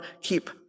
keep